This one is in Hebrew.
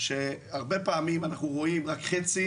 שהרבה פעמים אנחנו רואים רק חצי